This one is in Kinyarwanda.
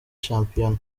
shampiyona